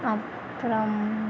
அப்புறம்